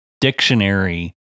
dictionary